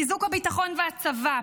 חיזוק הביטחון והצבא,